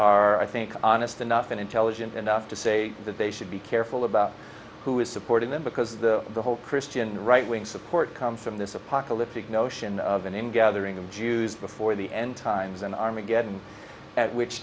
are i think honest enough and intelligent enough to say that they should be careful about who is supporting them because the the whole christian right wing support come from this apocalyptic notion of a name gathering of jews before the end times and armageddon at which